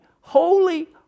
holy